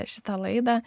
šitą laidą